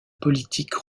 politique